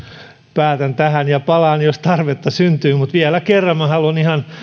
päätän tähän ja palaan jos tarvetta syntyy vielä kerran haluan ihan